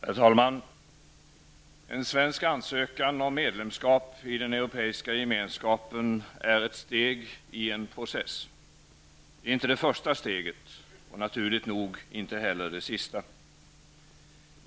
Herr talman! En svensk ansökan om medlemskap i den europeiska gemenskapen är ett steg i en process. Det är inte det första steget och naturligt nog inte heller det sista.